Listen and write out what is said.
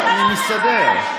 אני מסתדר.